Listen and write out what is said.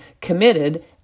committed